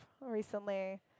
recently